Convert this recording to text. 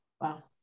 Wow